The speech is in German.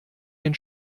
den